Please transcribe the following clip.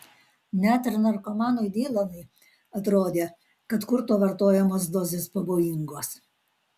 net ir narkomanui dylanui atrodė kad kurto vartojamos dozės pavojingos